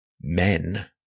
Men